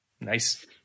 Nice